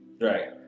Right